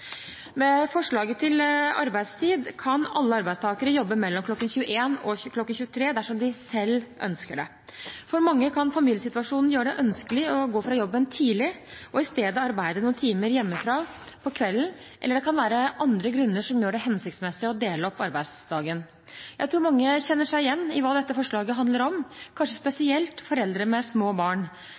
Med forslaget til arbeidstid kan alle arbeidstakere jobbe mellom klokken 21 og 23 dersom de selv ønsker det. For mange kan familiesituasjonen gjøre det ønskelig å gå fra jobben tidlig og i stedet arbeide noen timer hjemmefra på kvelden, eller det kan være andre grunner som gjør det hensiktsmessig å dele opp arbeidsdagen. Jeg tror mange kjenner seg igjen i hva dette forslaget handler om, kanskje spesielt foreldre med små barn.